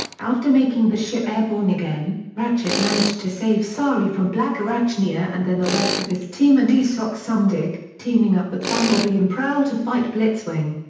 after making the ship airborne again, ratchet managed to save sari from blackarachnia and then the rest of his team and issac sumdac, teaming up with bumblebee and prowl to fight blitzwing.